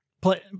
Play